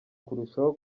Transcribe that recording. kurushaho